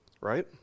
right